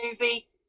movie